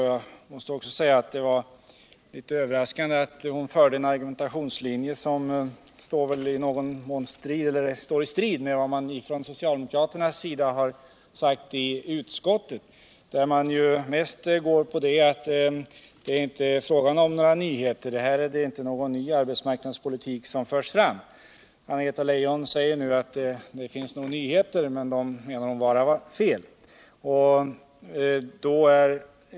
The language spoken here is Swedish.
Jag måste också säga alt det var litet överraskande att hon förde en argumentationslinje som i någon mån strider mot vad man från socialdemokraternas sida sagt i utskottet, där man främst varit inne på den linjen att det här inte är fråga om några nyheter. Det är ingen ny arbetsmarknadspolitik som nu förs fram. Anna-Greta Leijon säger att nog finns det nyheter, men att de inte var de rätta.